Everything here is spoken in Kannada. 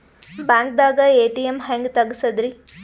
ಬ್ಯಾಂಕ್ದಾಗ ಎ.ಟಿ.ಎಂ ಹೆಂಗ್ ತಗಸದ್ರಿ?